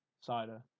Cider